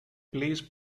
please